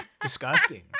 Disgusting